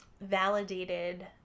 validated